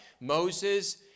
Moses